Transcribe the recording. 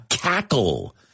Cackle